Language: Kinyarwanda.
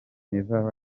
never